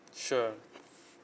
sure